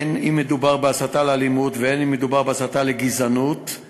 הן אם מדובר בהסתה לאלימות והן אם מדובר בהסתה לגזענות,